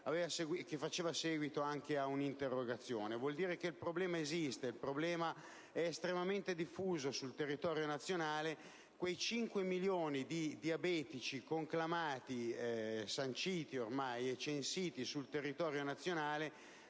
che faceva seguito ad un'interrogazione. Ciò vuol dire che il problema esiste e che è estremamente diffuso sul territorio nazionale. Quei 5 milioni di diabetici conclamati e ormai censiti sul territorio nazionale